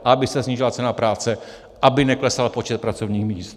Aby se snížila cena práce, aby neklesal počet pracovních míst.